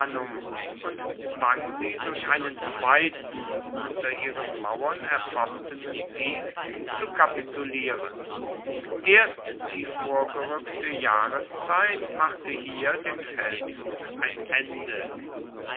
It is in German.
und zwang sie durch einen zweiten unter ihren mauern erfochtenen sieg zu kapitulieren erst die vorgerückte jahreszeit machte hier dem feldzug ein ende